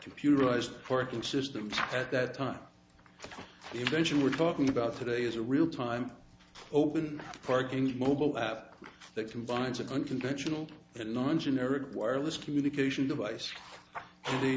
computerized corking systems at that time the invention we're talking about today is a real time open parking mobile app that combines a cunt conventional non generic wireless communication device the